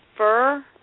Fur